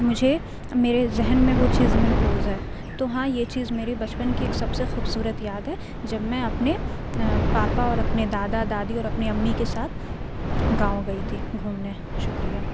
مجھے میرے ذہن میں وہ چیز محفوظ ہے تو ہاں یہ چیز میرے بچپن کی سب سے خوبصورت یاد ہے جب میں اپنے پاپا اور اپنے دادا دادی اور اپنے امی کے ساتھ گاؤں گئی تھی گھومنے شکریہ